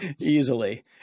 Easily